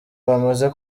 bamaze